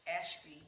Ashby